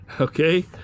Okay